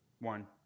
One